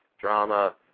drama